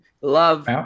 love